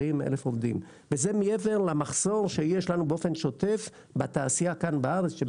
וזה מעבר למחסור שיש לנו באופן שוטף בתעשייה כאן בארץ.